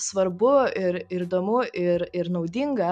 svarbu ir ir įdomu ir ir naudinga